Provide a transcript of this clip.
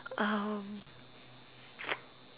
um